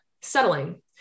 settling